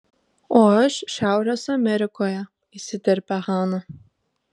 o aš šiaurės amerikoje įsiterpia hana